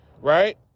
right